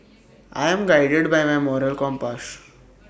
I'm guided by my moral compass